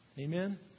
Amen